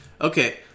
okay